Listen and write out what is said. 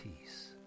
peace